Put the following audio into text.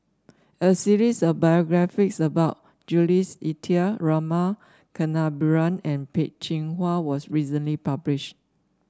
a series of biographies about Jules Itier Rama Kannabiran and Peh Chin Hua was recently published